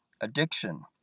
Addiction